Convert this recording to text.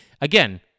again